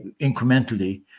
incrementally